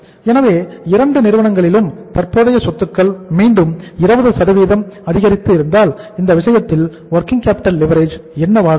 எனவே இரண்டு நிறுவனங்களிலும் தற்போதைய சொத்துக்கள் மீண்டும் 20 அதிகரித்து இருந்தால் இந்த விஷயத்தில் வொர்கிங் கேப்பிட்டல் லிவரேஜ் என்னவாக இருக்கும்